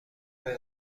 زنده